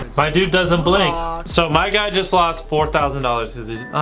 my dude doesn't blink. so my guy just lost four thousand dollars.